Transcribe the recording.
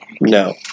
No